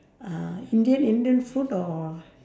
uh indian indian food or